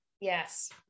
yes